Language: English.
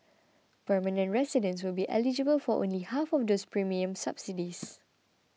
permanent residents will be eligible for only half of these premium subsidies